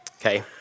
Okay